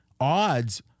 odds